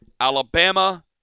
Alabama